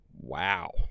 Wow